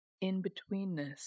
in-betweenness